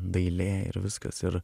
dailė ir viskas ir